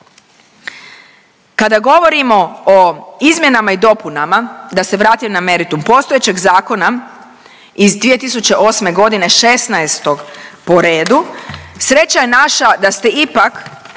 Kada govorimo o izmjenama i dopunama, da se vratim na meritum, postojećeg zakona iz 2008.g. 16. po redu sreća je naša da ste ipak